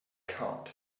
count